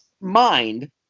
mind